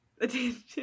attention